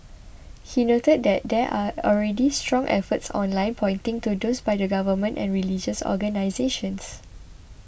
he noted that there are already strong efforts offline pointing to those by the Government and religious organisations